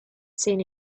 seen